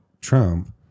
Trump